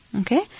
Okay